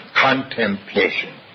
contemplation